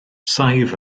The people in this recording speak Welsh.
saif